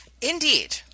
Indeed